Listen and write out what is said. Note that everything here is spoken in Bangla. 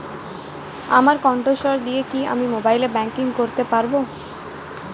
আমার কন্ঠস্বর দিয়ে কি আমি মোবাইলে ব্যাংকিং করতে পারবো?